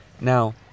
Now